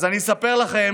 אז אני אספר לכם